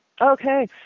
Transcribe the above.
okay